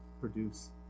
produce